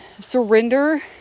surrender